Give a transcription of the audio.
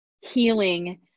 healing